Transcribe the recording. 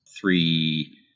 three